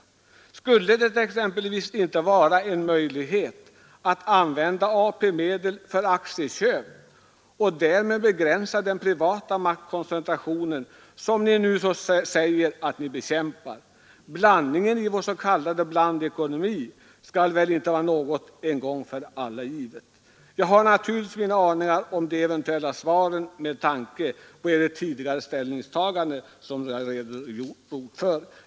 Skulle det exempelvis inte vara möjligt att använda AP-medel för aktieköp och därmed begränsa den privata maktkoncentrationen, som ni nu säger att ni bekämpar? Blandningen i vår s.k. blandekonomi skall väl inte vara något en gång för alla givet. Jag har naturligtvis mina aningar om de eventuella svaren med tanke på era tidigare ställningstaganden, som jag redogjort för.